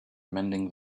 mending